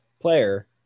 player